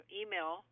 email